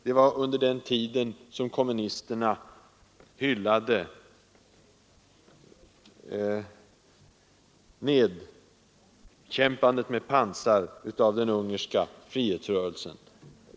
Det var under den tiden som kommunisterna hyllade nedkämpandet med pansar av den ungerska frihetsrörelsen.